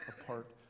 apart